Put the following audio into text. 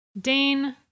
Dane